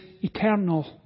eternal